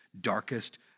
darkest